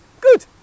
Good